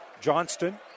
Johnston